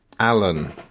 Alan